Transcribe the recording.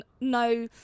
no